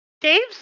Dave's